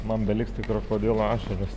man beliks tik krokodilo ašaros